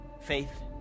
Faith